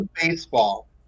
baseball